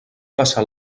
passar